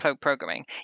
programming